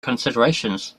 considerations